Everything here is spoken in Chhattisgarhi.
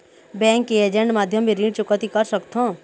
बैंक के ऐजेंट माध्यम भी ऋण चुकौती कर सकथों?